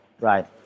right